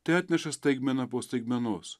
tai atneša staigmeną po staigmenos